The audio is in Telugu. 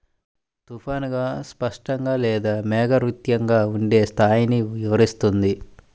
తుఫానుగా, స్పష్టంగా లేదా మేఘావృతంగా ఉండే స్థాయిని వివరిస్తుంది